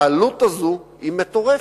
העלות הזאת היא מטורפת.